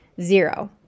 Zero